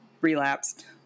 relapsed